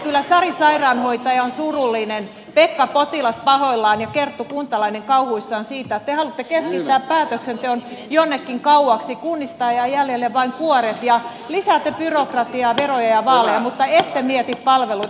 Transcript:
kyllä sari sairaanhoitaja on surullinen pekka potilas pahoillaan ja kerttu kuntalainen kauhuissaan siitä että te haluatte keskittää päätöksenteon jonnekin kauaksi kunnista ja jäljelle jäävät vain kuoret ja lisäätte byrokratiaa veroja ja vaaleja mutta ette mieti palveluita